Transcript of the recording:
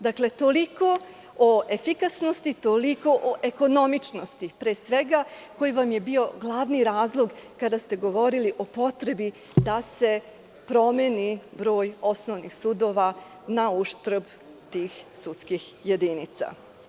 Dakle, toliko o efikasnosti, toliko o ekonomičnosti, pre svega, koja vam je bila glavni razlog kada ste govorili o potrebi da se promeni broj osnovnih sudova na uštrb tih sudskih jedinica.